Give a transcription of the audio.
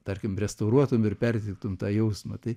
tarkim restauruotum ir perteiktum tą jausmą tai